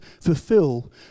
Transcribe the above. fulfill